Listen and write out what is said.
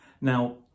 now